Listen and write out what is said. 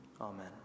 Amen